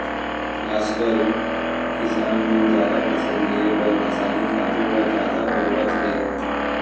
आजकाल किसान मन जादा फसल लिये बर रसायनिक खातू ल जादा बउरत हें